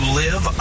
live